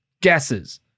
guesses